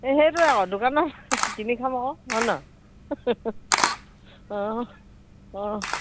এই সেইটোৱে আকৌ দোকানত কিনি খাম আকৌ হয়নে নহয় অঁ অঁ